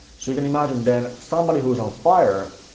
so you can imagine then somebody who's on fire,